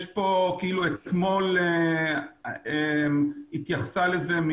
אתמול התייחסה לזה,